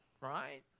right